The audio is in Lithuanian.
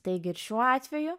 taigi ir šiuo atveju